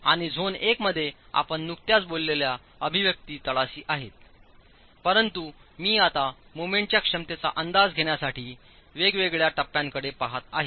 आणि झोन 1 मध्ये आपण नुकत्याचबोललेल्याअभिव्यक्ती तळाशी आहेत परंतु मी आता मोमेंटच्या क्षमतेचाअंदाज घेण्यासाठी वेगवेगळ्या टप्प्यांकडे पहात आहे